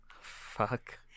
Fuck